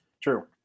True